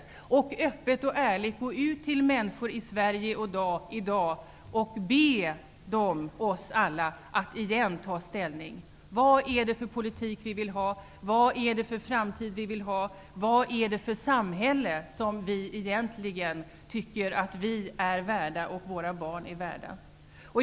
Man måste i dag öppet och ärligt gå ut till människor i Sverige och be dem, oss alla, att ta ställning. Vad är det för framtid vi vill ha? Vad är det för samhälle som vi anser att vi och våra barn är värda?